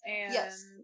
Yes